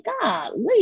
golly